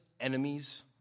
enemies